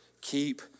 Keep